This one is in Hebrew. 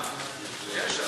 יש?